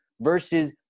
versus